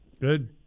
Good